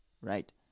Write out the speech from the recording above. right